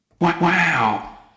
Wow